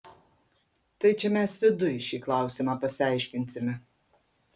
tai čia mes viduj šį klausimą pasiaiškinsime